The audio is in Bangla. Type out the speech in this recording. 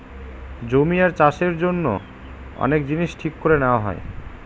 জমি আর চাষের জন্য অনেক জিনিস ঠিক করে নেওয়া হয়